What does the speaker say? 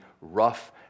rough